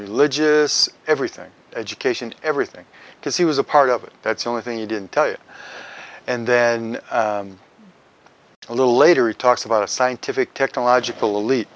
religious everything education everything because he was a part of it that's only thing you didn't tell you and then a little later he talks about a scientific technological elite